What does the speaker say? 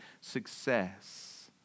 success